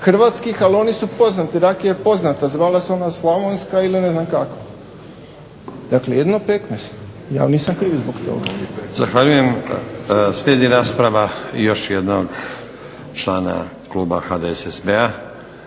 hrvatskih, ali oni su poznati. Rakija je poznata zvala se ona slavonska ili ne znam kako. Dakle jedino pekmez. Ja vam nisam kriv zbog toga. **Stazić, Nenad (SDP)** Zahvaljujem. Slijedi rasprava još jednog člana kluba HDSSB-a.